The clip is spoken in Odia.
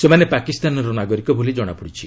ସେମାନେ ପାକିସ୍ତାନର ନାଗରିକ ବୋଲି ଜଣାପଡ଼ିଛି